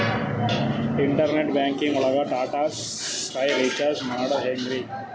Internet banking ಒಳಗ್ Tata Sky recharge ಮಾಡದ್ ಹೆಂಗ್ರೀ?